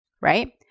right